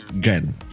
gun